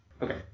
Okay